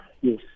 yes